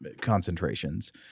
concentrations